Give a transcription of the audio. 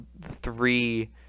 three